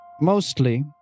Mostly